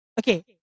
okay